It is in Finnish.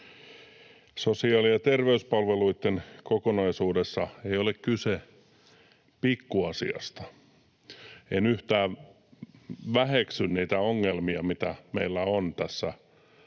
Sosiaali- ja terveyspalveluitten kokonaisuudessa ei ole kyse pikkuasiasta. En yhtään väheksy niitä ongelmia, mitä meillä on